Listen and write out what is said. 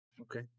Okay